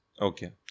Okay